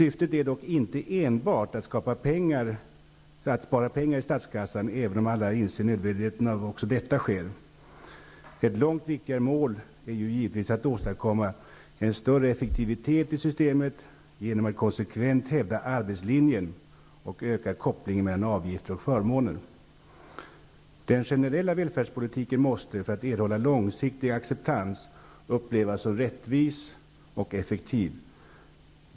Syftet är dock inte enbart att spara pengar i statskassan, även om alla inser nödvändigheten av att också detta sker. Ett långt viktigare mål är givetvis att åstadkomma större effektivitet i systemet genom att konsekvent hävda arbetslinjen och öka kopplingen mellan avgifter och förmåner. Den generella välfärdspolitiken måste, för att erhålla långsiktig acceptans, upplevas som rättvis och effektiv.